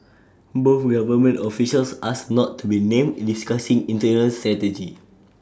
both government officials asked not to be named discussing internal strategy